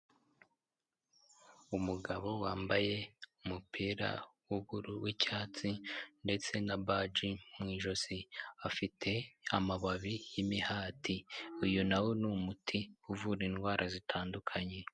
Umugabo wambaye umupira w'icyatsi ndetse na baji mu ijosi, afite amababi y'imihati uyu nawo ni umuti uvura indwara zitandukanye.